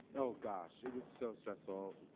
oh gosh, it was so stressful.